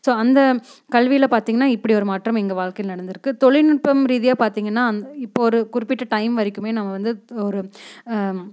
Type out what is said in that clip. so அந்த கல்வியில பார்த்திங்கன்னா இப்படி ஒரு மாற்றம் எங்கள் வாழ்க்கையில் நடந்து இருக்கு தொழில்நுட்பம் ரீதியாக பார்த்திங்கன்னா இப்போ ஒரு குறிப்பிட்ட டைம் வரைக்குமே நம்ம வந்து து ஒரு